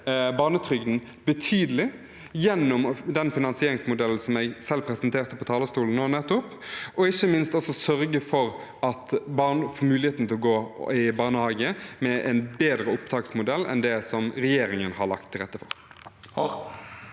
barnetrygden betydelig gjennom den finansieringsmodellen som jeg selv presenterte på talerstolen nå nettopp, og ikke minst sørge for at barn får muligheten til å gå i barnehage, med en bedre opptaksmodell enn det regjeringen har lagt til rette for.